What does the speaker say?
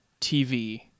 TV